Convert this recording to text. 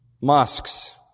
mosques